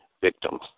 victims